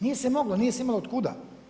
Nije se moglo, nije se imalo od kuda.